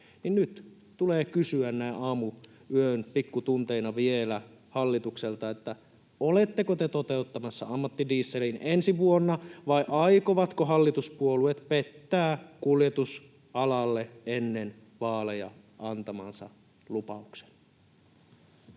Nyt tulee vielä kysyä näin aamuyön pikkutunteina hallitukselta: oletteko te toteuttamassa ammattidieselin ensi vuonna, vai aikovatko hallituspuolueet pettää kuljetusalalle ennen vaaleja antamansa lupauksen?